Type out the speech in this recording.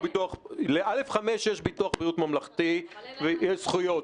ל-א/5 יש ביטוח בריאות ממלכתי ויש זכויות.